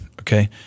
Okay